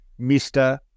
Mr